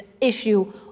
issue